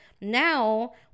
now